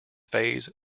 phase